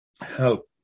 help